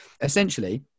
essentially